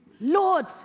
Lord